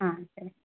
ஆ சரி